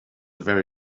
very